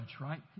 right